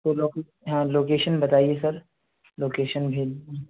تو لوکے ہاں لوکیشن بتائیے سر لوکیشن بھیج دیں